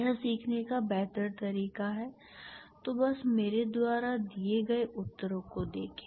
यह सीखने का बेहतर तरीका है तो बस मेरे द्वारा दिए गए उत्तरों को देखें